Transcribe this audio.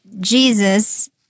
Jesus